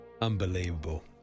Unbelievable